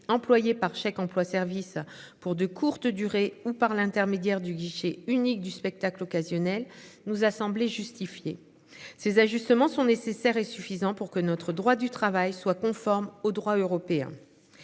employé par chèque emploi service pour de courtes durées ou par l'intermédiaire du guichet unique du spectacle occasionnels nous a semblé justifiée. Ces ajustements sont nécessaires et suffisants pour que notre droit du travail soit conforme au droit européen.